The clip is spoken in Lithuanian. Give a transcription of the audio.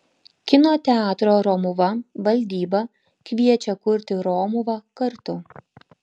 kino teatro romuva valdyba kviečia kurti romuvą kartu